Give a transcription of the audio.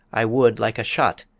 i would, like a shot,